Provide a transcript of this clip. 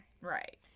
Right